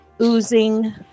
oozing